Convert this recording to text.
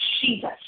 Jesus